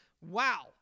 Wow